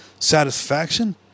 satisfaction